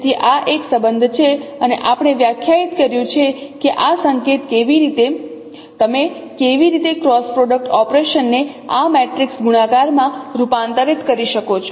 તેથી આ એક સંબંધ છે અને આપણે વ્યાખ્યાયિત કર્યું છે કે આ સંકેત કેવી રીતે તમે કેવી રીતે ક્રોસ પ્રોડક્ટ ઓપરેશન ને આ મેટ્રિક્સ ગુણાકાર માં રૂપાંતરિત કરી શકો છો